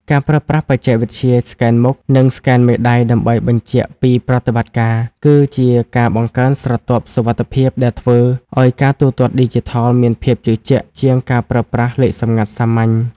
ការប្រើប្រាស់បច្ចេកវិទ្យាស្កែនមុខ និងស្កែនមេដៃដើម្បីបញ្ជាក់ពីប្រតិបត្តិការ គឺជាការបង្កើនស្រទាប់សុវត្ថិភាពដែលធ្វើឱ្យការទូទាត់ឌីជីថលមានភាពជឿជាក់ជាងការប្រើប្រាស់លេខសម្ងាត់សាមញ្ញ។